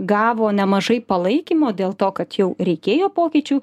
gavo nemažai palaikymo dėl to kad jau reikėjo pokyčių